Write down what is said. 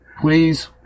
please